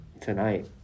tonight